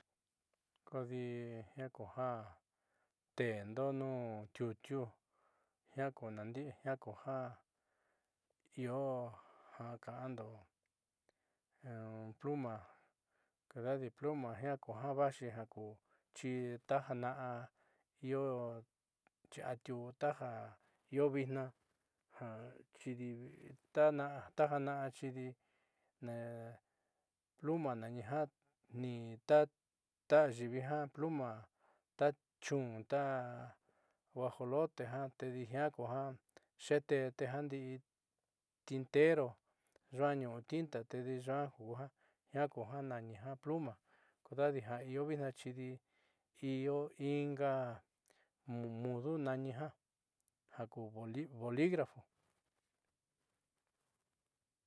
Kodi jiaa ku ja teendo nuun tiutiu jiaa ku nandi'i jiaa ku ja io ja ka'ando pl a en calidad de pl a jiaa kuja vaaxi jaku xitajaana'a io xiatiuú taja io vitnaa ja xidi tajaana'a xidi pl a nani ja tni'in ta ayiivi ta pl a ta chun ta guajolote jiaa tedi jiaa xuute'eti ndi'i tintero yuua ñu'u tinta tedi jiaa kuja nani pl a kodeja di ja io vitnaa xidi io inga mudo nani jiaa jaku boligrafo.